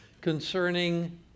concerning